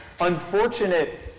unfortunate